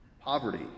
poverty